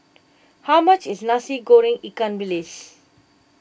how much is Nasi Goreng Ikan Bilis